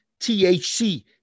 THC